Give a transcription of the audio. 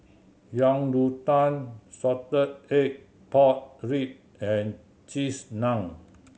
Yang Rou Tang salted egg pork ribs and Cheese Naan